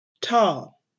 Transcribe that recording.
tall